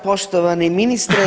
Poštovani ministre.